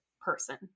person